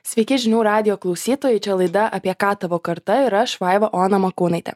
sveiki žinių radijo klausytojai čia laida apie ką tavo karta ir aš vaiva ona makūnaitė